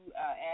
add